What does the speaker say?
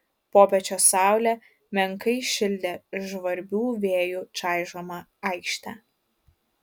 popiečio saulė menkai šildė žvarbių vėjų čaižomą aikštę